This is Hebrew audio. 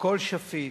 הכול שפיט.